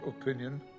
opinion